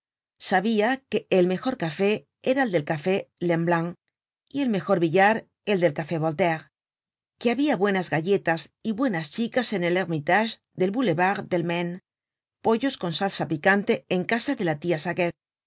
sabia que el mejor café era el del café lemblin y el mejor billar el del café voltaire que habia buenas galletas y buenas chicas en el ermitage del boulevard del maine pollos con salsa picante en casa de la tia saguet